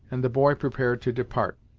and the boy prepared to depart.